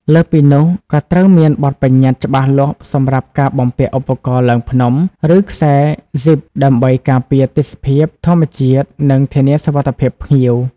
លើសពីនោះ ក៏ត្រូវមានបទប្បញ្ញត្តិច្បាស់លាស់សម្រាប់ការបំពាក់ឧបករណ៍ឡើងភ្នំ ឬខ្សែហ្ស៊ីបដើម្បីការពារទេសភាពធម្មជាតិនិងធានាសុវត្ថិភាពភ្ញៀវ។